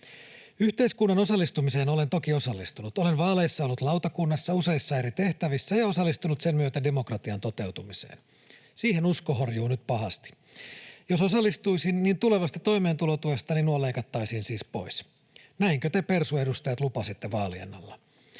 Yhteiskunnan osallistumiseen olen toki osallistunut. Olen vaaleissa ollut lautakunnassa useissa eri tehtävissä ja osallistunut sen myötä demokratian toteutumiseen. Siihen usko horjuu nyt pahasti. Jos osallistuisin, niin tulevasta toimeentulotuestani nuo leikattaisiin siis pois. Näinkö te, persuedustajat, lupasitte vaalien alla?